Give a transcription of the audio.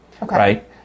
right